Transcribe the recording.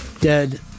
Dead